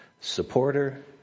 supporter